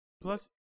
Plus